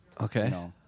Okay